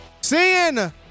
seeing